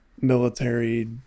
military